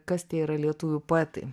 kas tie yra lietuvių poetai